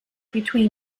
between